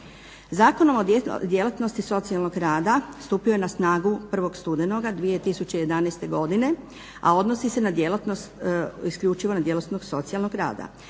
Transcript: Zakonom o djelatnosti socijalnog rada stupio je na snagu 1. studenoga 2011. godine a odnosi se na djelatnost isključivo na djelatnost socijalnog rada.